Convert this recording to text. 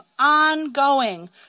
ongoing